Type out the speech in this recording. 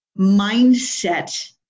mindset